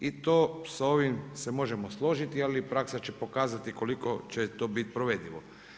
I to sa ovim se možemo složiti, ali praksa će pokazati koliko će to bit provedivo.